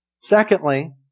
Secondly